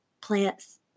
Plants